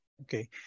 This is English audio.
okay